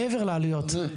מעבר לעלויות,